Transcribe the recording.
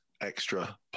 extra